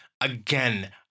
Again